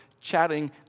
chatting